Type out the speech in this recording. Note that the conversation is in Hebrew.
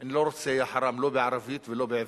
אני לא רוצה "יא-חראם" לא בערבית ולא בעברית,